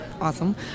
awesome